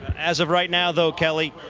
as of right now though kelli,